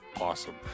awesome